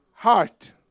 Heart